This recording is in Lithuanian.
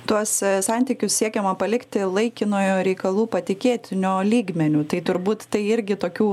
tuos santykius siekiama palikti laikinojo reikalų patikėtinio lygmeniu tai turbūt tai irgi tokių